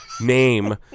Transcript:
name